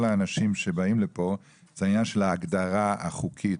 האנשים שבאים לפה הוא העניין של ההגדרה החוקית,